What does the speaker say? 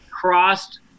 crossed